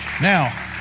Now